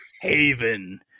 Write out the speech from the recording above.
Haven